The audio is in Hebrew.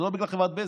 זה לא בגלל חברת בזק,